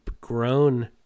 grown